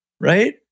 Right